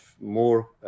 more